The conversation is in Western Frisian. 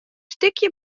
stikje